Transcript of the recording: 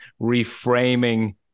reframing